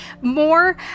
more